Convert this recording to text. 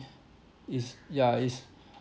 it's ya it's